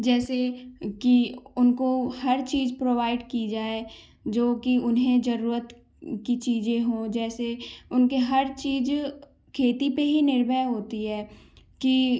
जैसे कि उनको हर चीज़ प्रोवाइड की जाए जो कि उन्हें ज़रूरत की चीज़ें हो जैसे उनकी हर चीज़ खेती पर ही निर्भर होती है कि